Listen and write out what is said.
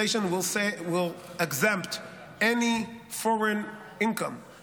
legislation will exempt any foreign income